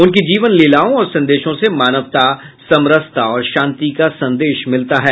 उनकी जीवन लीलाओं और संदेशों से मानवता समरसता और शांति का संदेश मिलता है